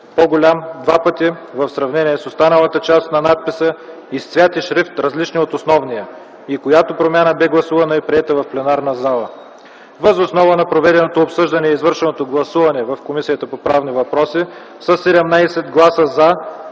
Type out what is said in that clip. по-голям в сравнение с останалата част на надписа и с цвят и шрифт, различни от основния”, и която промяна бе гласувана и приета в пленарната зала. Въз основа на проведеното обсъждане и извършеното гласуване, със 17 гласа „за”, Комисията по правни въпроси предлага на